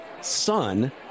son